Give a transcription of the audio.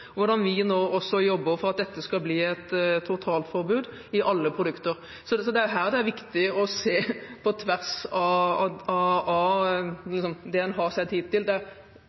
Vi jobber nå for å få et totalforbud mot dette i alle produkter. Her er det viktig å se på tvers av det man har sett hittil – det